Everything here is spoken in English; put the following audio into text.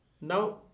Now